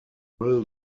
thrill